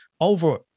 over